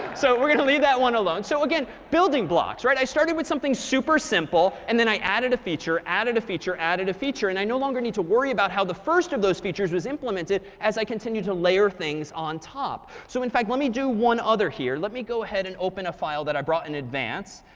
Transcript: so we're going to leave that one alone. so again, building blocks i started with something super simple, and then i added a feature, added a feature, added a feature. and i no longer need to worry about how the first of those features was implemented as i continue to layer things on top. so in fact, let me do one other here. let me go ahead and open a file that i brought in advance,